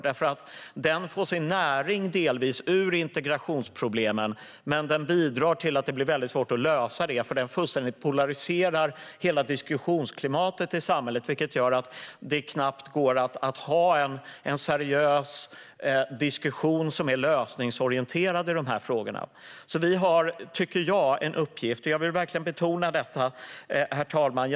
Den får delvis sin näring ur integrationsproblemen, och den bidrar också till att det blir svårt att lösa dem, för den polariserar fullständigt hela diskussionsklimatet i samhället, vilket gör att det knappt går att ha en seriös, lösningsorienterad diskussion i de här frågorna. Vi har en uppgift, tycker jag. Jag vill verkligen betona detta, herr talman.